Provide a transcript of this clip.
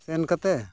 ᱥᱮᱱ ᱠᱟᱛᱮ